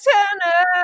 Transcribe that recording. Turner